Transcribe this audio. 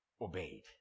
obeyed